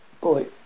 Boy